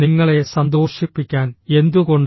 നിങ്ങളെ സന്തോഷിപ്പിക്കാൻ എന്തുകൊണ്ട്